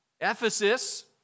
Ephesus